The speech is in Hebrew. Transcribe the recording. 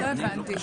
לא הבנתי.